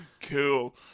Cool